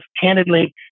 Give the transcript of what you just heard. candidly